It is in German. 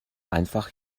einfach